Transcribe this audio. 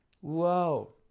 Whoa